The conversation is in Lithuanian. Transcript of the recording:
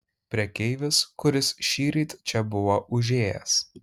prekeivis kuris šįryt čia buvo užėjęs